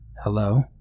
Hello